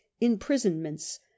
imprisonments